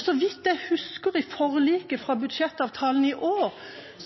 Så vidt jeg husker,